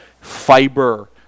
Fiber